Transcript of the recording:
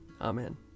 Amen